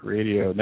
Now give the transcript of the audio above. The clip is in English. Radio